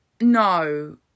no